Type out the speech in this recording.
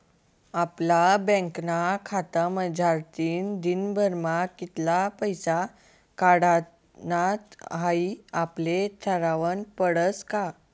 आपला बँकना खातामझारतीन दिनभरमा कित्ला पैसा काढानात हाई आपले ठरावनं पडस का